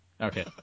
Okay